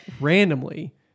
randomly